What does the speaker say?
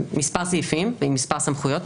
זה מספר סעיפים ועם מספר סמכויות,